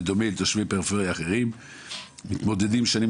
בדומה לתושבי פריפריה אחרים מתמודדים שנים